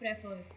prefer